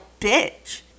bitch